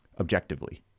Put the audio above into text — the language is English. objectively